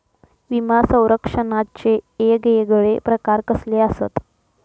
विमा सौरक्षणाचे येगयेगळे प्रकार कसले आसत?